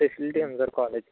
facility ఉంది sir కాలేజ్కి